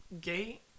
gate